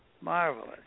Marvelous